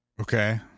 Okay